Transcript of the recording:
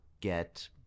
get